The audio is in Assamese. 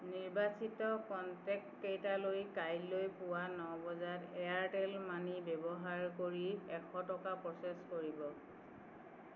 নিৰ্বাচিত কনটেক্টকেইটালৈ কাইলৈ পুৱা ন বজাত এয়াৰটেল মানি ব্যৱহাৰ কৰি এশ টকা প্ৰ'চেছ কৰিব